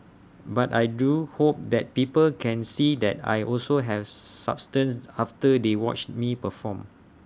but I do hope that people can see that I also have substance after they watch me perform